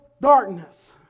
darkness